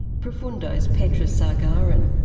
profuno's petra spaargaren.